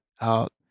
Out